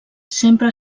sempre